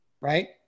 right